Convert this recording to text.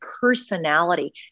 personality